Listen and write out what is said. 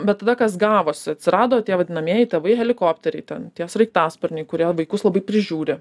bet tada kas gavosi atsirado tie vadinamieji tėvai helikopteriai ten tie sraigtasparniai kurie vaikus labai prižiūri